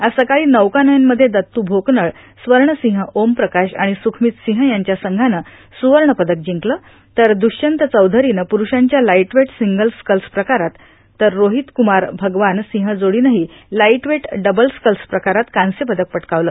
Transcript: आज सकाळी नौकानयन मध्ये दत्तु भोकनळ स्वर्णसिंह ओम प्रकाश आणि सुखमित सिंह यांच्या संघानं सुवर्ण पदक जिंकलं तर द्रष्यंत चौधरीनं पुरुषांच्या लाईटवेट सिंगल स्कल्स प्रकारात तर रोहित कुमार भगवान सिंह जोडीनंही लाईटवेट डबल स्कल्स प्रकारात कांस्यपदक पटकावलं